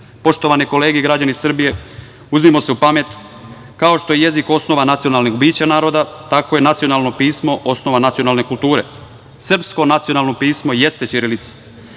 zemljama? Poštovane kolege, građani Srbije, uzmimo se u pamet, kao što je jezik osnova nacionalnih bića naroda, tako je nacionalno pismo osnova nacionalne kulture. Srpsko nacionalno pismo jeste ćirilica.